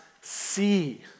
see